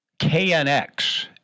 KNX